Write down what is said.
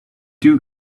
two